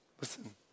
Listen